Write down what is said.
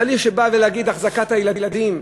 תהליך שבא להגיד לגבי החזקת הילדים,